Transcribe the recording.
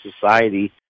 society